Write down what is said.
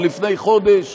או לפני חודש,